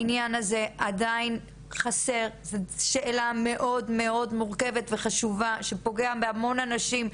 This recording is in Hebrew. העניין הזה עדיין חסר וזו שאלה מאוד מורכבת וחשובה שפוגעת בהמון אנשים.